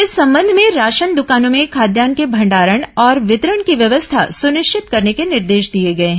इस संबंध में राशन दुकानों में खाद्यान्न के भंडारण और वितरण की व्यवस्था सुनिश्चित करने के निर्देश दिए गए हैं